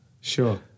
Sure